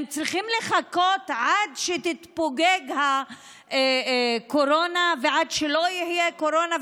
הם צריכים לחכות עד שתתפוגג הקורונה ועד שלא תהיה קורונה?